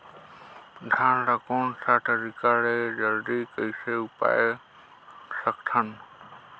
धान ला कोन सा तरीका ले जल्दी कइसे उगाय सकथन?